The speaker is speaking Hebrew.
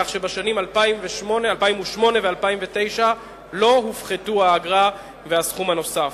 כך שבשנים 2008 ו-2009 לא הופחתו האגרה והסכום הנוסף.